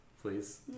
Please